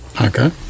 okay